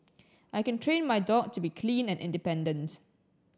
I can train my dog to be clean and independent